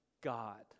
God